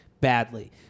badly